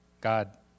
God